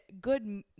good